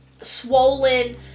swollen